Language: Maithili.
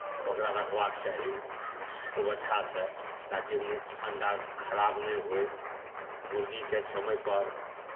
ओकरा रखबाक चाही खूब अच्छासँ ताकि मु अण्डा खराब नहि होय मुर्गीकेँ समयपर